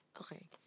Okay